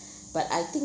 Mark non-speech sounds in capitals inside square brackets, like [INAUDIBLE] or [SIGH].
[BREATH] but I think